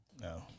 no